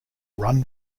run